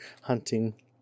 hunting